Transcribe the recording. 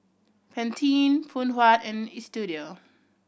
Pantene Phoon Huat and Istudio